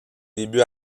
débuts